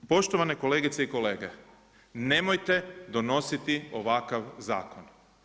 Poštovane kolegice i kolege, nemojte donositi ovakav zakon.